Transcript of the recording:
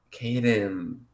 Caden